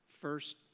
first